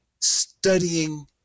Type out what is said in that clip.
studying